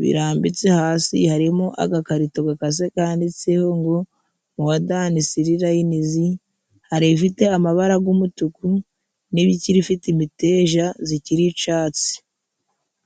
birambitse hasi. Harimo agakarito gakase kanditseho ngo:"Mowa dani siri layinizi". Hari ibifite amabara g'umutuku n'ibikiri bifite imiteja zikiri icatsi.